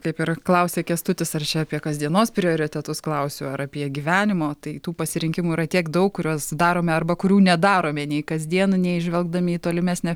kaip ir klausė kęstutis ar čia apie kasdienos prioritetus klausiu ar apie gyvenimo tai tų pasirinkimų yra tiek daug kuriuos darome arba kurių nedarome nei kasdieną nei žvelgdami į tolimesnę